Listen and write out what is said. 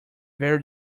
very